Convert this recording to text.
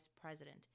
president